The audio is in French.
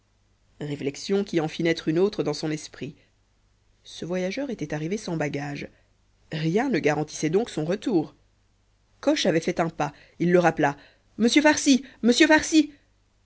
réflexion qui en fit naître une autre dans son esprit ce voyageur était arrivé sans bagages rien ne garantissait donc son retour coche avait fait un pas il le rappela monsieur farcy monsieur farcy